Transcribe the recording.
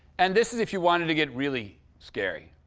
and this is if you wanted to get really scary.